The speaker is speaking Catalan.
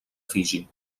fiji